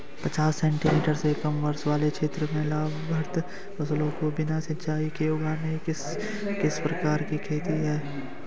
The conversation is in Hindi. पचास सेंटीमीटर से कम वर्षा वाले क्षेत्रों में लाभप्रद फसलों को बिना सिंचाई के उगाना किस प्रकार की खेती है?